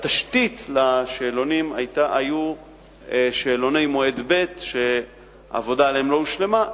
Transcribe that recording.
התשתית לשאלונים היו שאלוני מועד ב' שהעבודה עליהם לא הושלמה,